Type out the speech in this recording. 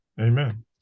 Amen